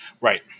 right